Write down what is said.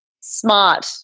smart